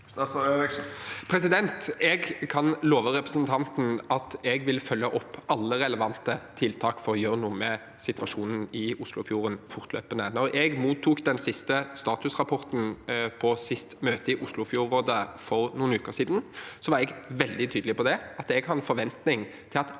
Jeg kan love representanten at jeg vil følge opp alle relevante tiltak for å gjøre noe med situasjonen i Oslofjorden fortløpende. Da jeg mottok den siste statusrapporten på forrige møte i Oslofjordrådet for noen uker siden, var jeg veldig tydelig på at jeg har en forventning til at